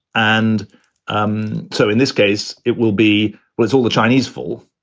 and um so in this case, it will be where's all the chinese full?